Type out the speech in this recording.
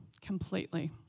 completely